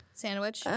sandwich